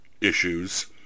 issues